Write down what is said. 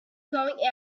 going